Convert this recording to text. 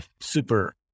Super